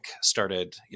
started